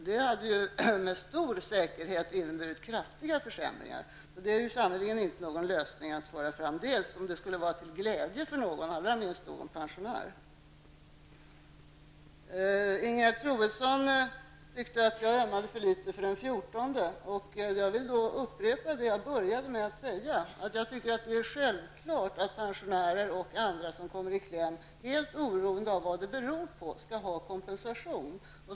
Det hade med stor säkerhet inneburit kraftiga försämringar. Det är sannerligen inte någon lösning. Inte heller kan det vara till glädje för någon, allra minst för någon pensionär. Ingegerd Troedsson tyckte att jag ömmade för litet för den 14:e pensionären, när jag sade att 13 av 14 pensionärer får det bättre. Låt mig upprepa vad jag började med att säga, nämligen att jag tycker att det är självklart att pensionärer och andra som kommer i kläm, oavsett vad det beror på, skall ha kompensation.